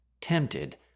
tempted